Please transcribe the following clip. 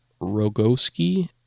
Rogowski